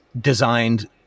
designed